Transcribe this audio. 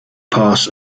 pass